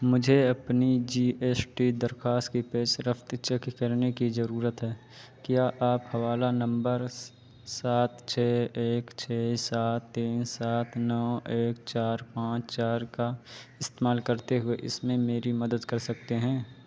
مجھے اپنی G S T درخواست کی پیش رفت چیک کرنے کی ضرورت ہے کیا آپ حوالہ نمبر سات چھ ایک چھ سات تین سات نو ایک چار پانچ چار کا استعمال کرتے ہوئے اس میں میری مدد کر سکتے ہیں